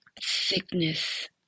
sickness